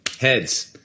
heads